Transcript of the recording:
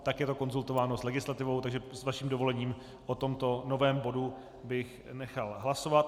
Tak je to konzultováno s legislativou, takže s vaším dovolením o tomto novém bodu bych nechal hlasovat.